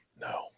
No